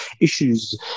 issues